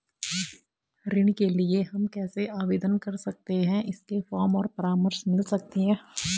ऋण के लिए हम कैसे आवेदन कर सकते हैं इसके फॉर्म और परामर्श मिल सकती है?